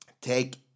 take